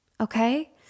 okay